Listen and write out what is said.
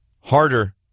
harder